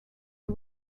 who